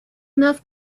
enough